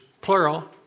plural